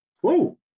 Whoa